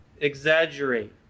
exaggerate